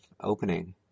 opening